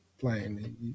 playing